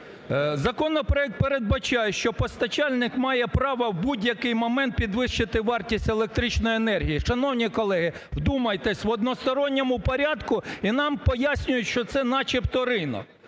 Законопроект передбачає, що постачальник має право в будь-який момент підвищити вартість електричної енергії. Шановні колеги, вдумайтесь, в односторонньому порядку, і нам пояснюють, що це начебто ринок.